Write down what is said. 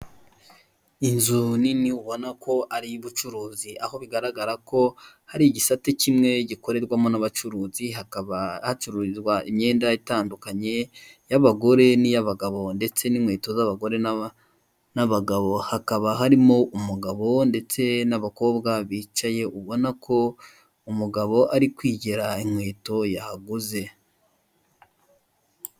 Inzu nini ubona ko ari iy'ubucuruzi. Aho ubona ko hari igisate kimwe gikorerwamo n'abacuruzi hakaba hacururizwa imyenda itandukanye, iy'abagore n'iy'abagabo, ndetse n'inkweto z'abagore, n'abagabo hakaba harimo umugabo ndetse n'abakobwa bicaye ubona ko umugabo ari kwigera inkweto yahaguze.